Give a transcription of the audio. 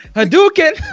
Hadouken